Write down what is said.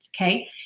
okay